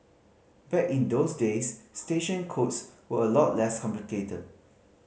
back in those days station codes were a lot less complicated